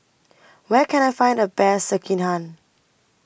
Where Can I Find The Best Sekihan